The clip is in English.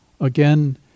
again